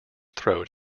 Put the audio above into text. throat